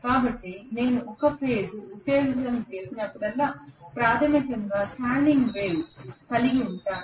కాబట్టి నేను ఒకే ఫేజ్ ఉత్తేజితం వచ్చినప్పుడల్లా ప్రాథమికంగా స్టాండింగ్ వేవ్ నిలకడగా ఉండే తరంగాన్ని కలిగి ఉంటాను